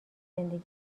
زندگی